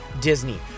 Disney